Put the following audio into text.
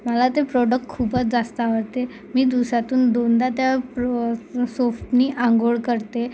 मला ते प्रोडक्ट खूपच जास्त आवडते मी दिवसातून दोनदा त्या प्रो सोफनी आंघोळ करते